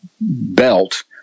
belt